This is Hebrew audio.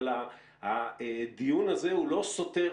אבל הדיון הזה הוא לא סותר.